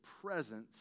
presence